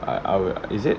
I I would is it